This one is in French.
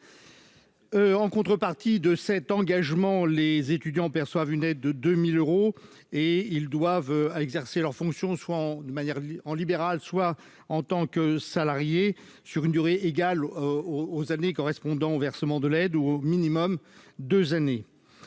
En contrepartie de cet engagement, les étudiants perçoivent une aide de 2000 euros et ils doivent à exercer leurs fonctions soit en une manière en libéral, soit en tant que salarié sur une durée égale au aux années correspondant au versement de l'aide, ou au minimum 2 années,